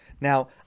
Now